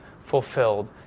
fulfilled